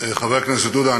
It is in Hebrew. חבר הכנסת עודה,